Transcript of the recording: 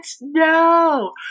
No